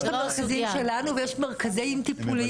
יש את המכרזים שלנו ויש את המרכזים הטיפוליים.